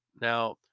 Now